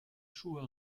schuhe